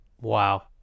Wow